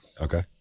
Okay